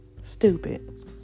Stupid